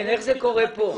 איך זה קורה כאן?